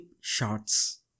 shots